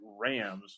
Rams